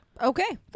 Okay